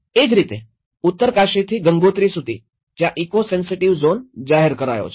એ જ રીતે ઉત્તરાકાશીથી ગંગોત્રી સુધી જ્યાં ઇકો સેન્સિટિવ ઝોન જાહેર કરાયો છે